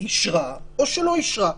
אישרה או לא אישרה.